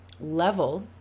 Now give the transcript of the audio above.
level